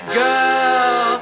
girl